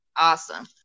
awesome